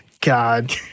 God